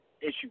issue